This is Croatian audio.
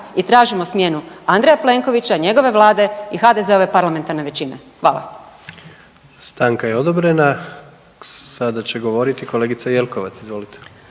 i tražimo smjenu Andreja Plenkovića, njegove vlade i HDZ-ove parlamentarne većine. Hvala. **Jandroković, Gordan (HDZ)** Stanka je odobrena. Sada će govoriti kolegica Jelkovac, izvolite.